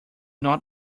not